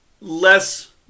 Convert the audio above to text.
less